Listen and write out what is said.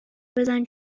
بزن